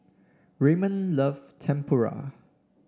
Ramon love Tempura